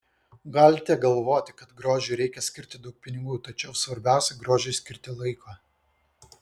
galite galvoti kad grožiui reikia skirti daug pinigų tačiau svarbiausia grožiui skirti laiko